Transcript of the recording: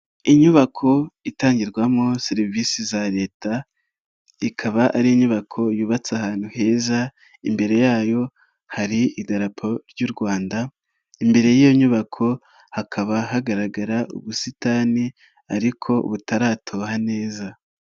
Inyubako itangirwamo serivisi za Leta, ikaba ari inyubako yubatse ahantu heza imbere yayo hari Idarapo ry'u Rwanda, imbere y'iyo nyubako hakaba hagaragara ubusitani ariko butaratoha neza.